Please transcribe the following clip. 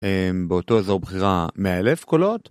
‫באותו אזור בחירה 100 אלף קולות